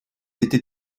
été